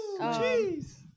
jeez